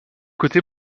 côté